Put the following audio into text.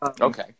Okay